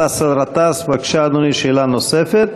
חבר הכנסת באסל גטאס, בבקשה, אדוני, שאלה נוספת.